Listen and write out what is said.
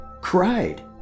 cried